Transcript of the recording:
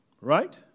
Right